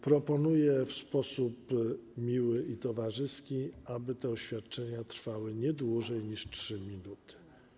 Proponuję w sposób miły i towarzyski, aby te oświadczenia trwały nie dłużej niż 3 minuty.